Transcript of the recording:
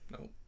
Nope